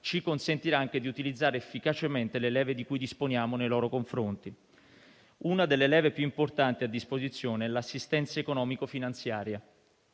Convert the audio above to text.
ci consentirà anche di utilizzare efficacemente le leve di cui disponiamo nei loro confronti. Una delle leve più importanti a disposizione è l'assistenza economico-finanziaria.